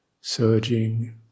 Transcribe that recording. surging